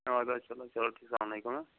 ادٕ حظ چلو چلو ٹھیٖک سَلام علیکُم